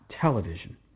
television